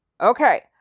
Okay